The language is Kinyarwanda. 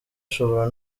ashobora